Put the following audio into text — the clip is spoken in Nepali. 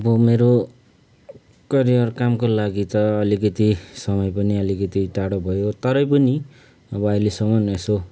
म मेरो करियर कामको लागि त अलिकति समय पनि अलिकति टाढो भयो तरै पनि अब अहिलेसम्म यसो